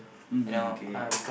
mm okay